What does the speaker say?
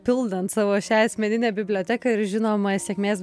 pildant savo šią asmeninę biblioteką ir žinoma sėkmės